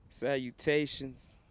salutations